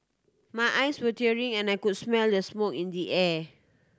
my eyes were tearing and I could smell the smoke in the air